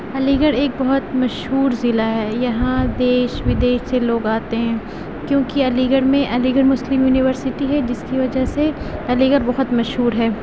علی گڑھ ایک بہت مشہور ضلع ہے یہاں دیش ودیش سے لوگ آتے ہیں کیونکہ علی گڑھ میں علی گڑھ مسلم یونیورسٹی ہے جس کی وجہ سے علی گڑھ بہت مشہور ہے